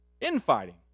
Infighting